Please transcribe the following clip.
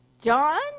John